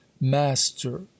master